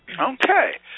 Okay